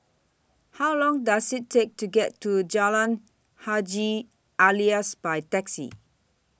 How Long Does IT Take to get to Jalan Haji Alias By Taxi